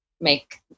make